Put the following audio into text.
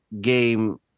game